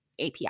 API